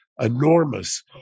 enormous